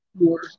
more